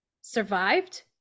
survived